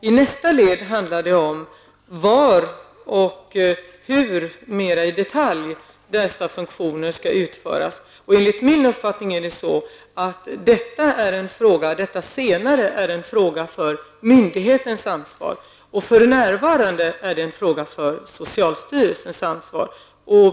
Den andra handlar om var och hur mera i detalj dessa funktioner skall utföras. Enligt min uppfattning är det senare en fråga för myndighetens ansvar. För närvarande är det en fråga för socialstyrelsens ansvar.